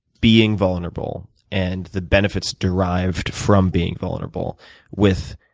being vulnerable and the benefits derived from being vulnerable with